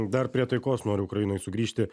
dar prie taikos nori ukrainoj sugrįžti